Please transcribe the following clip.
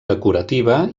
decorativa